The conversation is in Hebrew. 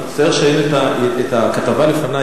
אני מצטער שאין לי הכתבה לפני,